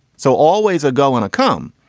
so always a go on a come.